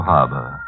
Harbor